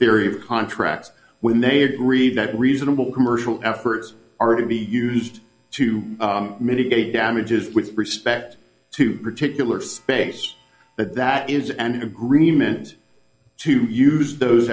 theory of contracts when they agree that reasonable commercial efforts are to be used to mitigate damages with respect to particular space but that is an agreement to use those